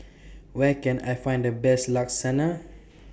Where Can I Find The Best Lasagne